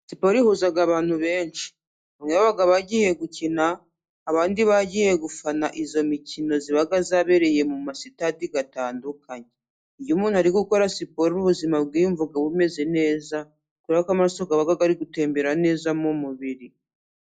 Siporo ihuza abantu benshi, iyo bagiye gukina, abandi bagiye gufana iyo mikino, iba yabereye mu ma sitade atandukanye. Iyo umuntu ari gukora siporo, ubuzima bwiyumva bumeze neza kubera ko amaraso aba ari gutembera neza mu mubiri.